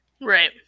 Right